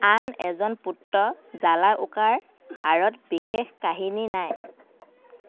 আন এজন পুত্ৰ জালাউকাৰ আঁৰত বিশেষ কাহিনী নাই